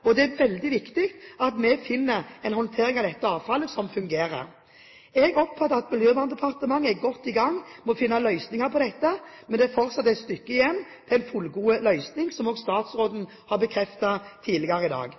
Det er svært viktig at vi finner en håndtering av dette avfallet som fungerer. Jeg oppfatter det slik at Miljøverndepartementet er godt i gang med å finne løsninger på dette, men det er fortsatt et stykke igjen til en fullgod løsning – som også statsråden har bekreftet tidligere i dag.